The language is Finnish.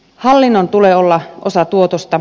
hallinnon tulee olla osa tuotosta